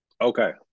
Okay